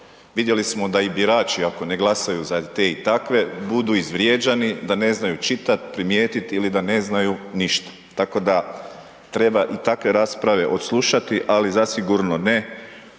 Vidjeli smo da i birači, ako ne glasaju za te i takve, budu izvrijeđani da ne znaju čitati, primijetiti ili da ne znaju ništa. Tako da, treba i takve rasprave odslušati, ali zasigurno ne uzeti